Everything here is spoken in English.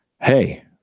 hey